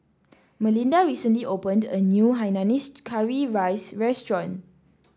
Melinda recently opened a new Hainanese Curry Rice restaurant